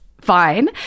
fine